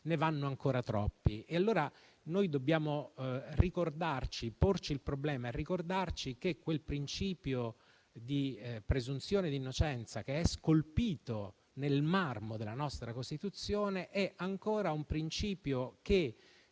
ne vanno ancora troppi. Allora dobbiamo porci il problema e ricordarci che quel principio di presunzione di innocenza, che è scolpito nel marmo della nostra Costituzione, ancora di fatto,